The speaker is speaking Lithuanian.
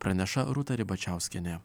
praneša rūta ribačiauskienė